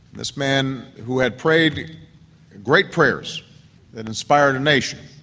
this man who had prayed great prayers that inspired a nation,